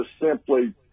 simply